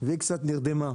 והיא קצת נרדמה.